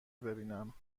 ببینم